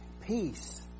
Peace